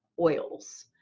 oils